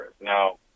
Now